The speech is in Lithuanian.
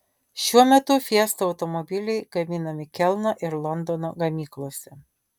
šiuo metu fiesta automobiliai gaminami kelno ir londono gamyklose